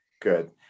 Good